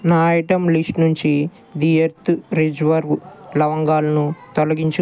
నా item list నుంచి the Earth Reserve లవంగాలును తొలగించు